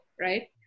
right